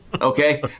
Okay